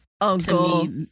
Uncle